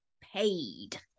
paid